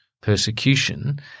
persecution